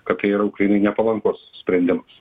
kad tai yra ukrainai nepalankus sprendimas